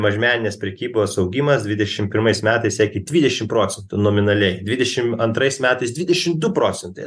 mažmeninės prekybos augimas dvidešim pirmais metais siekė dvidešim procentų nominaliai dvidešim antrais metais dvidešim du procentai